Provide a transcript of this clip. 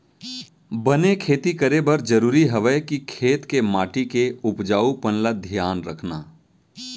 बने खेती करे बर जरूरी हवय कि खेत के माटी के उपजाऊपन ल धियान रखना